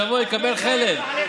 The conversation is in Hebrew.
שיבוא יקבל חלק,